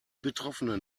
betroffenen